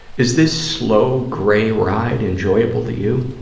is this slow, gray ride enjoyable to you?